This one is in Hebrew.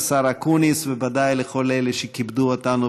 לשר אקוניס ובוודאי לכל אלה שכיבדו אותנו